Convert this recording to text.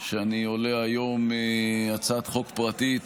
שבה אני עולה היום שהיא הצעת חוק פרטית